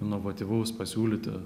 inovatyvaus pasiūlyti